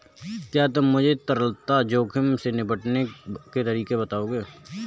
क्या तुम मुझे तरलता जोखिम से निपटने के तरीके बताओगे?